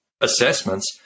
assessments